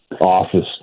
office